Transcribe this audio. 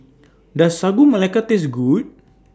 Does Sagu Melaka Taste Good